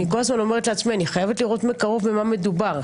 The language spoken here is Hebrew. אני כל הזמן אומרת לעצמי שאני חייבת לראות מקרוב במה מדובר.